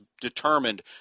determined